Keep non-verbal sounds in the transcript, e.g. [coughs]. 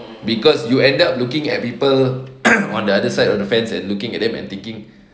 cause you end up looking at people [coughs] on the other side of the fence and looking at them and thinking